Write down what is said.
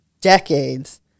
decades